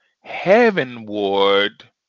Heavenward